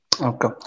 Okay